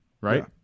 right